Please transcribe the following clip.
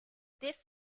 this